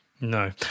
No